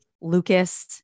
Lucas